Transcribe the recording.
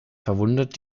verwundert